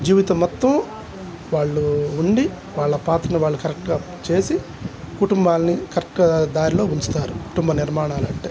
జీవితం మొత్తం వాళ్ళు ఉండి వాళ్ళ పాత్రను వాళ్ళు కరెక్ట్గా చేసి కుటుంబాని కరెక్ట్గా దారిలో ఉంచుతారు కుటుంబ నిర్మాణాలు అంటే